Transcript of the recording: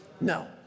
No